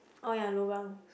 oh ya lor well